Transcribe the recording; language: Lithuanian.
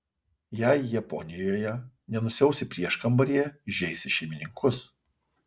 jei japonijoje nenusiausi prieškambaryje įžeisi šeimininkus